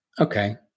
Okay